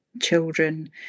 children